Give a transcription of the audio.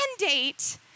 mandate